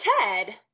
Ted